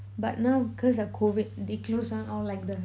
but now cause of COVID they close down all like the